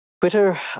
Twitter